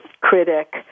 critic